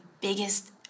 biggest